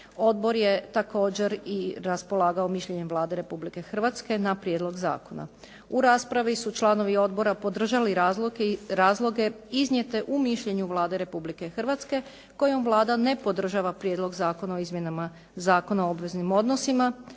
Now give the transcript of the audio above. Odbor je također i raspolagao mišljenjem Vlade Republike Hrvatske na prijedlog zakona. U raspravi su članovi odbora podržali razloge iznijete u mišljenju Vlade Republike Hrvatske kojom Vlada ne podržava Prijedlog zakona o izmjenama Zakona o obveznim odnosima,